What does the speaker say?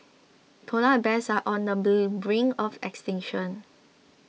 Polar Bears are on the brink of extinction